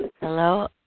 Hello